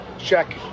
check